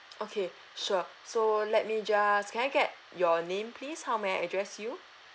okay sure so let me just can I get your name please how may I address you